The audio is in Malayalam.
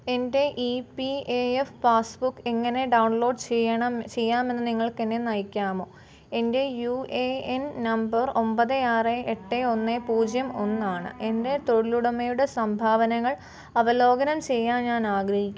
എന്റെ E P A F passbook എങ്ങനെ ഡൗൺലോഡ് ചെയ്യണം ചെയ്യാമെന്ന് നിങ്ങൾക്ക് എന്നെ നയിക്കാമോ എന്റെ യൂ ഏ എൻ നമ്പർ ഒമ്പത് ആറ് എട്ട് ഒന്ന് പൂജ്യം ഒന്നാണ് എന്റെ തൊഴിലുടമയുടെ സംഭാവനകൾ അവലോകനം ചെയ്യാൻ ഞാൻ ആഗ്രഹിക്കുന്നു